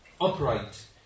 upright